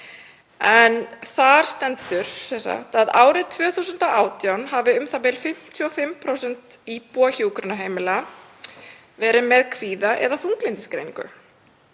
en þarna stendur sem sagt að árið 2018 hafi u.þ.b. 55% íbúa hjúkrunarheimila verið með kvíða- eða þunglyndisgreiningu.